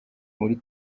muri